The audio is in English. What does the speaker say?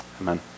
Amen